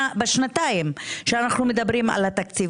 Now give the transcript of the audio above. בשנתיים שאנו מדברים על התקציב?